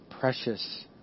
Precious